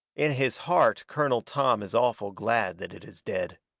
in his heart colonel tom is awful glad that it is dead.